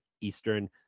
Eastern